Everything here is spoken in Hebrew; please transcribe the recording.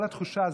כל התחושה,